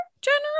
general